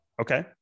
Okay